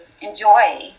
enjoy